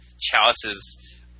chalices